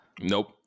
nope